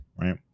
right